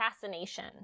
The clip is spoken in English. fascination